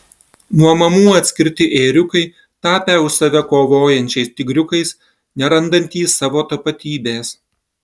nuo mamų atskirti ėriukai tapę už save kovojančiais tigriukais nerandantys savo tapatybės